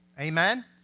Amen